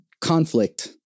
conflict